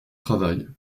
travail